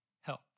Help